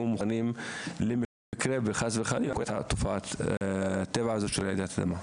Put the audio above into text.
יהיו מוכנים למקרה שחס וחלילה קורית התופעה טבע הזאת של רעידת אדמה.